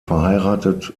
verheiratet